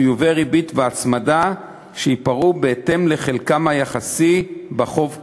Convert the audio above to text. חיובי ריבית והצמדה שייפרעו בהתאם לחלקם היחסי בחוב כולו.